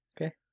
Okay